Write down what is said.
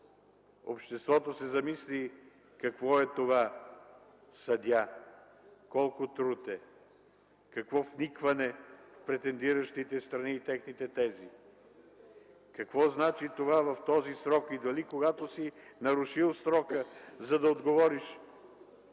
обществото се замисли: какво е това съдия, колко труд е, какво вникване, претендиращите страни и техните тези, какво значи това в този срок и дали когато си нарушил срока, за да отговориш